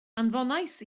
anfonais